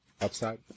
upside